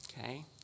okay